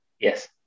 Yes